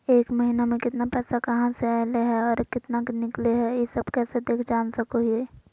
एक महीना में केतना पैसा कहा से अयले है और केतना निकले हैं, ई सब कैसे देख जान सको हियय?